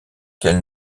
qu’elle